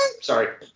Sorry